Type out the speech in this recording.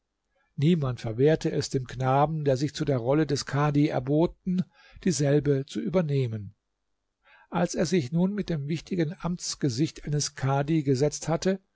niemand verwehrte es dem knaben der sich zu der rolle des kahdi erboten dieselbe zu übernehmen als er sich nun mit dem wichtigen amtsgesicht eines kadhi gesetzt hatte